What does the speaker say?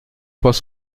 pas